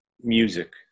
music